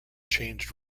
changed